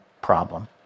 problem